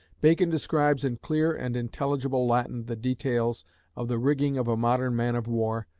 bacon describes in clear and intelligible latin the details of the rigging of a modern man-of-war,